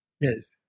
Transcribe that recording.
Yes